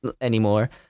anymore